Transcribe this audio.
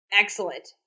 Excellent